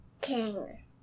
king